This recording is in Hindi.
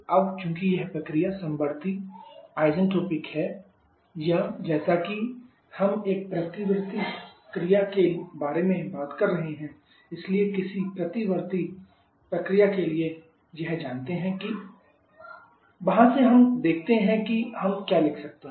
अब चूंकि यह प्रक्रिया समवर्ती है या जैसा कि हम एक प्रतिवर्ती प्रक्रिया के बारे में बात कर रहे हैं इसलिए किसी प्रतिवर्ती प्रक्रिया के लिए यह जानते हैं कि δQTds या dsδQT वहाँ से हम देखते हैं कि हम क्या लिख सकते हैं